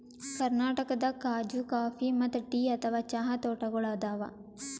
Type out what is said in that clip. ಕರ್ನಾಟಕದಾಗ್ ಖಾಜೂ ಕಾಫಿ ಮತ್ತ್ ಟೀ ಅಥವಾ ಚಹಾ ತೋಟಗೋಳ್ ಅದಾವ